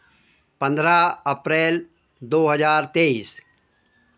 पन्द्रह अप्रैल दो हज़ार तेइस